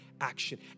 action